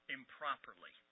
improperly